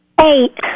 Eight